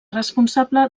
responsable